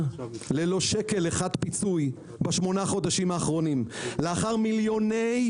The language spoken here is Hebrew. ללא שקל אחד פיצוי בשמונה החודשים האחרונים לאחר מיליוני